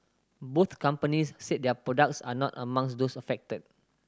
both companies said their products are not amongs those affected